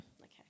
Okay